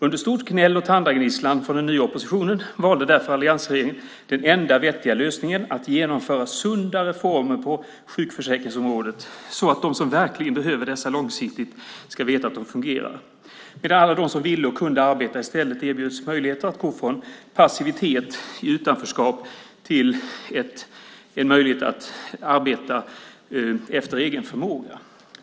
Under stort gnäll och tandagnisslan från den nya oppositionen valde därför alliansregeringen den enda vettiga lösningen, att genomföra sunda reformer på sjukförsäkringsområdet, så att de som verkligen behöver dessa långsiktigt ska veta att de fungerar, medan alla de som ville och kunde arbeta i stället erbjöds möjligheter att gå från passivitet i utanförskap till en möjlighet att arbeta efter egen förmåga.